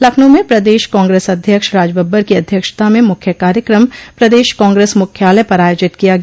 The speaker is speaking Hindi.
लखनऊ में प्रदेश कांग्रेस अध्यक्ष राजबबर की अध्यक्षता में मुख्य कार्यक्रम प्रदेश कांग्रेस मुख्यालय पर आयोजित किया गया